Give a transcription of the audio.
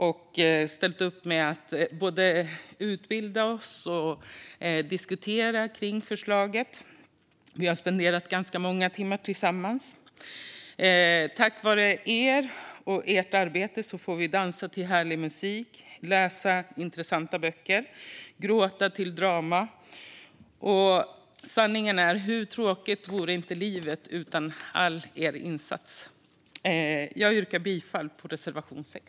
De har ställt upp med att både utbilda oss och diskutera kring förslaget. Vi har spenderat ganska många timmar tillsammans. Tack vare er och ert arbete får vi dansa till härlig musik, läsa intressanta böcker och gråta till drama. Sanningen är: Hur tråkigt vore inte livet utan er insats? Jag yrkar bifall till reservation 6.